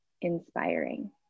inspiring